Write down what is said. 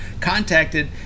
contacted